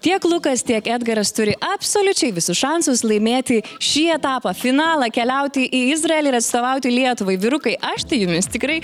tiek lukas tiek edgaras turi absoliučiai visus šansus laimėti šį etapą finalą keliauti į izraelį ir atstovauti lietuvai vyrukai aš tai jumis tikrai